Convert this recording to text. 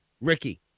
Ricky